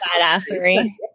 badassery